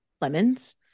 lemons